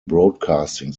broadcasting